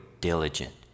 diligent